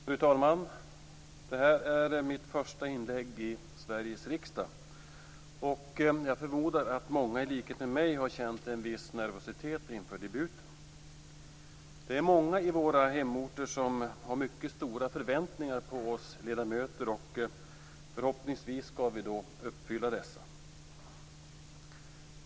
Fru talman! Det här är mitt första inlägg i Sveriges riksdag, och jag förmodar att många i likhet med mig har känt en viss nervositet inför debuten. Det är många i våra hemorter som har mycket stora förväntningar på oss ledamöter. Förhoppningsvis skall vi uppfylla dessa.